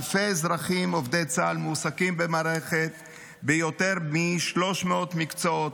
אלפי אזרחים עובדי צה"ל מועסקים במערכת ביותר מ-300 מקצועות,